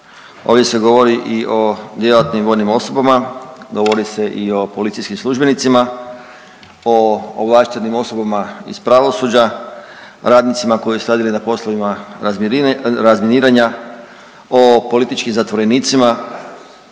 ovdje se govori i o djelatnim vojnim osobama, govori se i o policijskim službenicima, o ovlaštenim osobama iz pravosuđa, radnicima koji su radili na poslovima razminiranja, o političkim zatvorenicima,